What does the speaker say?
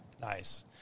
Nice